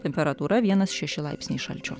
temperatūra vienas šeši laipsniai šalčio